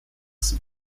sind